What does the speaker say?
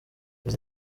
izi